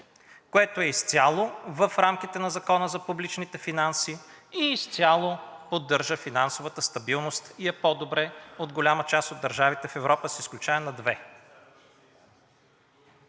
което е изцяло в рамките на Закона за публичните финанси, изцяло поддържа финансовата стабилност и е по-добре от голяма част от държавите в Европа с изключение на две.